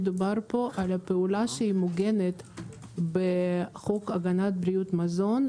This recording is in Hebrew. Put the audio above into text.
מדובר פה על הפעולה שמוגנת בחוק הגנת בריאות הציבור (מזון),